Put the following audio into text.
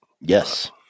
Yes